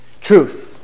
truth